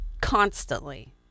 Constantly